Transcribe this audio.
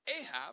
Ahab